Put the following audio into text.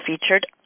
featured